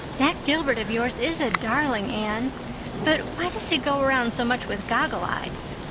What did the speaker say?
that gilbert of yours is a darling, anne, but why does he go around so much with goggle-eyes?